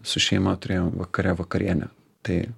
su šeima turėjom vakare vakarienę tai